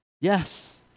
Yes